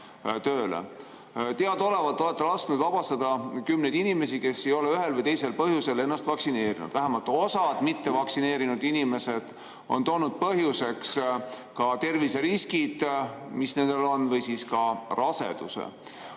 Teadaolevalt olete lasknud vabastada kümneid inimesi, kes ei ole ühel või teisel põhjusel lasknud ennast vaktsineerida. Vähemalt osa mittevaktsineerituist on toonud põhjuseks terviseriskid, mis nendel on, või siis ka raseduse.